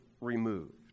removed